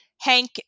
Hank